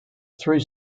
three